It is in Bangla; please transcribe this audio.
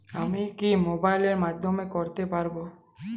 আমি কি মোবাইলের মাধ্যমে করতে পারব?